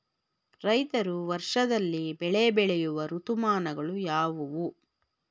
ರೈತರು ವರ್ಷದಲ್ಲಿ ಬೆಳೆ ಬೆಳೆಯುವ ಋತುಮಾನಗಳು ಯಾವುವು?